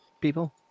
people